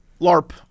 LARP